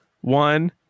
one